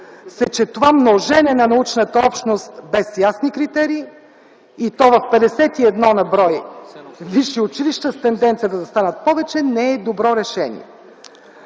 са, че това множене на научната област без ясни критерии, и то в 51 на брой висши училища с тенденцията да станат повече, не е добро решение.